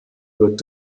wird